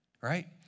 right